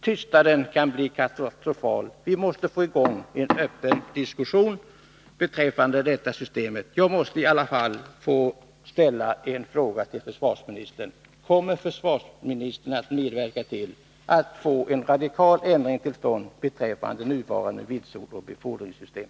Tystnaden kan bli katastrofal; vi måste få i gång en öppen diskussion beträffande detta system. Jag måste därför få fråga försvarsministern: Kommer försvarsministern att medverka till att få en radikal ändring till stånd beträffande nuvarande vitsordsoch befordringssystem?